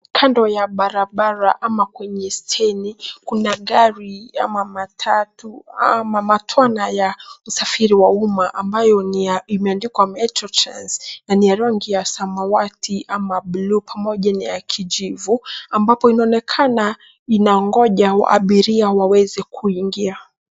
Kando ya barabara ama kwenye steji kuna gari ama matatu ama matwana ya usafiri wa umma ambayo imeandikwa Metro Trans na ni ya rangi ya samawati ama buluu pamoja na ya kijivu ambapo inaonekana inangoja abiria waweze kuingia.